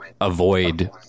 avoid